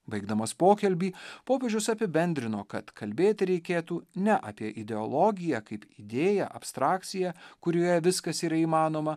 baigdamas pokalbį popiežius apibendrino kad kalbėti reikėtų ne apie ideologiją kaip idėją abstrakciją kurioje viskas yra įmanoma